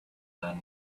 then